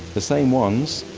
the same ones,